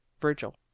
Virgil